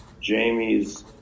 Jamie's